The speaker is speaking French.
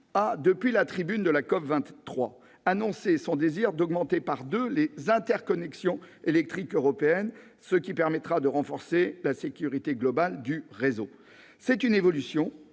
de la République a annoncé son désir de multiplier par deux les interconnexions électriques européennes, ce qui permettra de renforcer la sécurité globale du réseau. Cette évolution